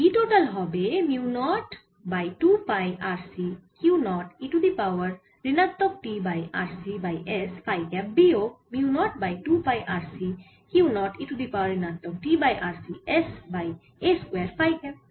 B total হবে mu naught by 2 pi RC Q 0 e to the power ঋণাত্মক t by RC by s phi cap বিয়োগ mu naught by 2 pi RC Q 0 e to the power ঋণাত্মক t by RC s by a square phi cap